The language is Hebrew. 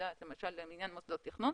למשל לעניין מוסדות תכנון,